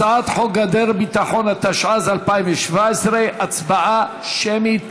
הצעת חוק גדר הביטחון, התשע"ז 2017, הצבעה שמית.